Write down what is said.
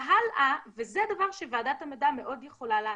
ה"הלאה" זה הדבר שוועדת המדע מאוד יכולה לעשות.